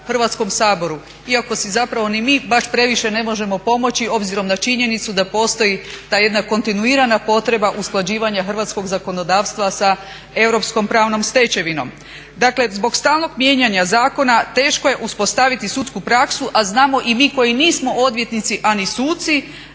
Hrvatskom saboru. Iako si zapravo ni mi baš previše ne možemo pomoći obzirom na činjenicu da postoji ta jedna kontinuirana potreba usklađivanja hrvatskog zakonodavstva sa europskom pravnom stečevinom. Dakle zbog stalnog mijenjanja zakona teško je uspostaviti sudsku praksu a znamo i mi koji nismo odvjetnici a ni suci